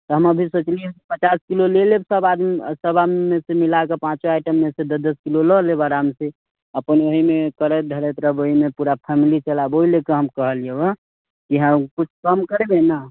हम अभी सोचलियै हँ पचास किलो लऽ लेब सभ आदमी सभआममे सँ मिला कऽ पाँचो आइटममे सँ दस दस किलो लऽ लेब आरामसँ अपन ओहिमे करैत धरैत रहबै ओहिमे पूरा फैमिली चलायब ओहि लऽ कऽ हम कहलियौ हँ इएह किछु कम करबै ना